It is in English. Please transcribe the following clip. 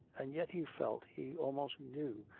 and yet he felt, he almost knew,